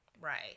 Right